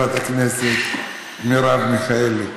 בבקשה, חברת הכנסת מרב מיכאלי.